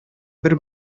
бер